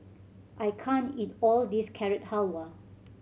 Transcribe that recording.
I can't eat all this Carrot Halwa